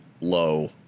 low